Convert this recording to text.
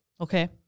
Okay